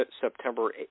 September